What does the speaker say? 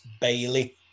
Bailey